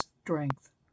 strength